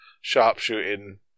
sharpshooting